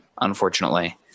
unfortunately